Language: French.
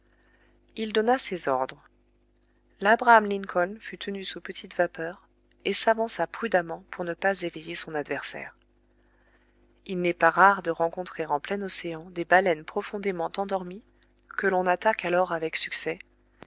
il donna ses ordres labraham lincoln fut tenu sous petite vapeur et s'avança prudemment pour ne pas éveiller son adversaire il n'est pas rare de rencontrer en plein océan des baleines profondément endormies que l'on attaque alors avec succès